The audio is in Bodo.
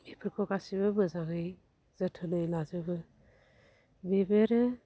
बेफोरखौ गासिबो मोजाङै जोथोनै लाजोबो बेफोरो